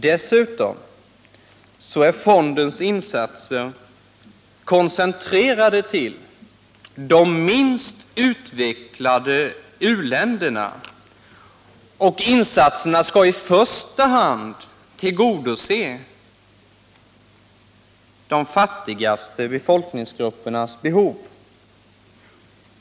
Dessutom är fondens insatser koncentrerade till de minst utvecklade u-länderna, och insatserna skall i första hand tillgodose de fattigaste befolkningsgruppernas behov.